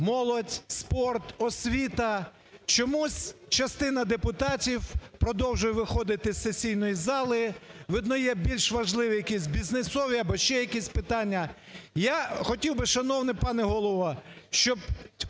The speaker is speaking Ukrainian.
молодь, спорт, освіта, чомусь частина депутатів продовжує виходити з сесійної зали, видно є більш важливі якісь бізнесові або ще якісь питання. Я хотів би, шановний пане Голово, щоб